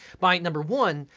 by, number one,